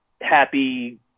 happy